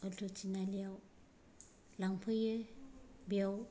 अथ थिनालियाव लांफैयो बेयाव